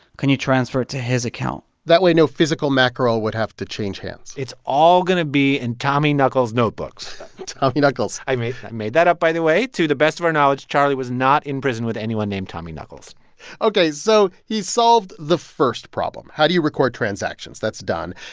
can you transfer it to his account? that way, no physical mackerel would have to change hands it's all going to be in tommy knuckles' notebooks tommy knuckles i made i made that up, by the way. to the best of our knowledge, charlie was not in prison with anyone named tommy knuckles ok. so he solved the first problem how do you record transactions? that's done.